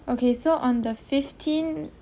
okay so on the fifteen